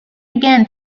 again